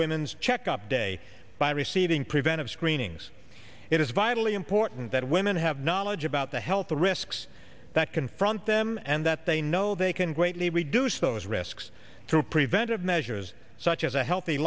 women's check up day by receiving preventive screenings it is vitally important that women have knowledge about the health risks that confront them and that they know they can greatly reduce those risks to preventive measures such as a healthy